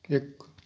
ਇੱਕ